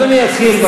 אדוני יתחיל,